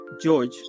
George